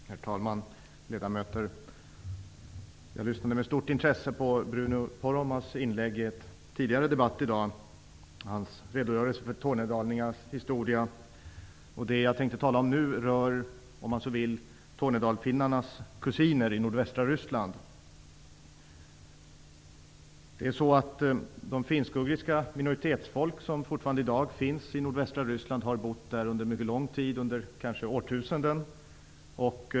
Herr talman! Ledamöter! Jag lyssnade med stort intresse på Bruno Poromaas inlägg i en tidigare debatt i dag, där han redogjorde för tornedalingarnas historia. Det jag tänker tala om nu rör om man så vill tornedalsfinnarnas kusiner i nordvästra Ryssland. De finsk-ugriska minoritetsfolk som i dag fortfarande finns i nordvästra Ryssland har bott där under mycket lång tid, kanske under årtusenden.